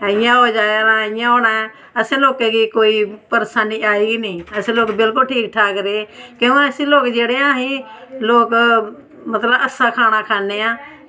इ'यां हो जाएगा इ'यां होई जाना ऐ असें लोकें गी कोई परेशानी आई गै निं अस लोग बिलकुल ठीक ठाक रेह् की के अस लोग जेह्ड़े आं अस लोग मतलब अच्छा खाना खन्ने आं